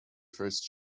first